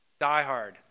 Diehard